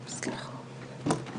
"כן לזקן".